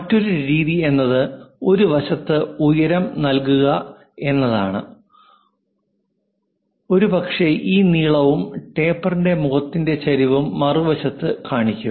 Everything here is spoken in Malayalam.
മറ്റൊരു രീതി എന്നത് ഒരു വശത്ത് ഉയരം നൽകുക എന്നതാണ് ഒരുപക്ഷേ ഈ നീളവും ടേപ്പറിന്റെ മുഖത്തിന്റെ ചരിവും മറുവശത്ത് കാണിക്കും